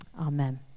Amen